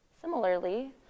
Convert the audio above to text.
Similarly